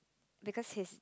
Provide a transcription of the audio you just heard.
because his